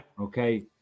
Okay